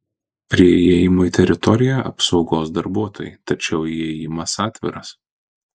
prie įėjimo į teritoriją apsaugos darbuotojai tačiau įėjimas atviras